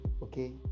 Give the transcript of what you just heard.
okay